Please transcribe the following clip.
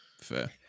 Fair